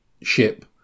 ship